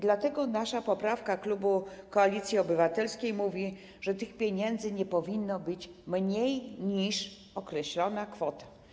Dlatego nasza poprawka, klubu Koalicji Obywatelskiej, mówi, że tych pieniędzy nie powinno być mniej niż określona kwota.